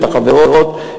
את החברות,